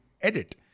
edit